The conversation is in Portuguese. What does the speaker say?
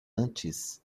antes